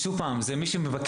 שוב פעם, זה מי שמבקש.